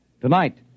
Tonight